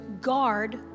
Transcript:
guard